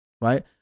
right